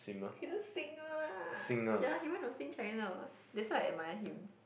he's a singer lah ya he went on Sing China what that's why I admire him